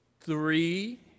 three